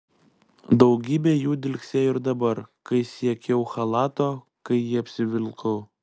daugybė jų dilgsėjo ir dabar kai siekiau chalato kai jį apsivilkau